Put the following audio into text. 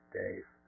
days